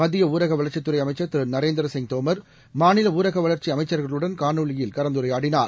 மத்தியஊரகவளர்ச்சித்துறைஅமைச்சர் நரேந்திரசிங் தோமர் திரு மாநிலஊரகவளா்ச்சிஅமைச்சா்களுடன் காணொலியில் கலந்துரையாடினார்